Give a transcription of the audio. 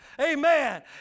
Amen